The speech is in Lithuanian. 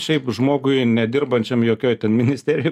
šiaip žmogui nedirbančiam jokioj ten ministerijoj